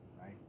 right